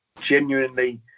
genuinely